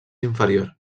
inferior